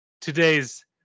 today's